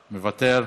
מוותר,